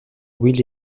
will